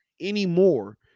Anymore